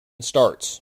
starts